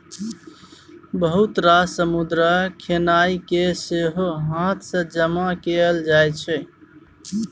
बहुत रास समुद्रक खेनाइ केँ सेहो हाथ सँ जमा कएल जाइ छै